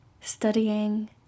studying